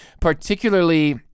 particularly